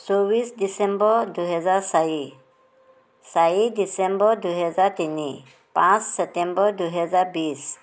চৌবিছ ডিচেম্বৰ দুহেজাৰ চাৰি চাৰি ডিচেম্বৰ দুহেজাৰ তিনি পাঁচ চেপ্তেম্বৰ দুহেজাৰ বিশ